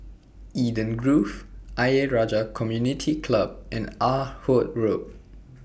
Eden Grove Ayer Rajah Community Club and Ah Hood Road